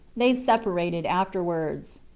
they separated afterwards.